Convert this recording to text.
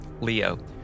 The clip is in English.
Leo